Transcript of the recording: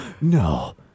No